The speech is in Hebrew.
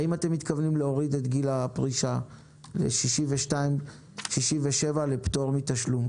האם אתם מתכוונים להוריד את גיל הפרישה ל-62 67 לפטור מתשלום,